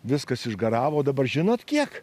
viskas išgaravo dabar žinot kiek